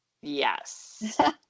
Yes